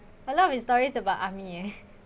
a lot his stories about army eh